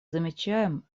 замечаем